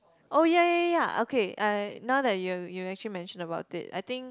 oh ya ya ya okay uh now that you you actually mention about it I think